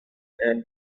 and